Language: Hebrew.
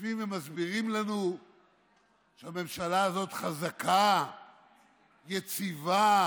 יושבים ומסבירים לנו שהממשלה הזאת חזקה, יציבה.